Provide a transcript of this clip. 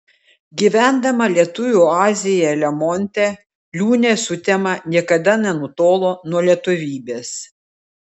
gyvendama lietuvių oazėje lemonte liūnė sutema niekada nenutolo nuo lietuvybės